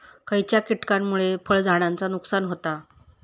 खयच्या किटकांमुळे फळझाडांचा नुकसान होता?